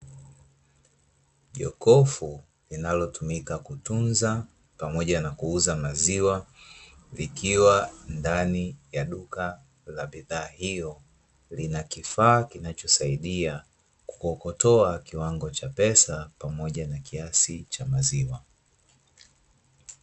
Jokofu linalotumika kutunza pamoja na kuuza maziwa, likiwa ndani ya duka la bidhaa hiyo. Lina kifaa kinachosaidia kukokotoa kiwango cha pesa pamoja na kiasi cha maziwa.